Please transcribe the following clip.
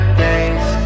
days